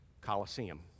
coliseum